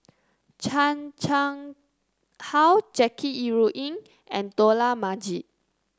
Chan Chang How Jackie Yi Ru Ying and Dollah Majid